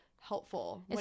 helpful